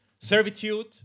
servitude